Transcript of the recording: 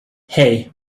hey